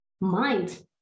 mind